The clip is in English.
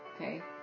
Okay